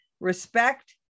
respect